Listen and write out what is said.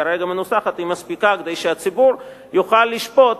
היא כרגע מנוסחת מספיקה כדי שהציבור יוכל לשפוט,